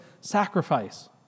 sacrifice